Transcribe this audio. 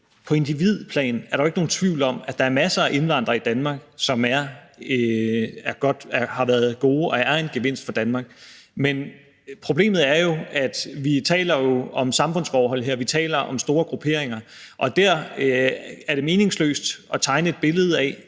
på individplan ikke er nogen tvivl om, at der er masser af indvandrere i Danmark, som har været og er en gevinst for Danmark, men problemet er jo, at vi taler om samfundsforhold, og at vi taler om store grupperinger, og der er det meningsløst at tegne et billede af,